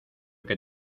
que